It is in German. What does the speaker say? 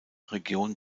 region